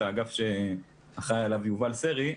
האגף שאחראי עליו יובל סרי.